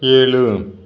ஏழு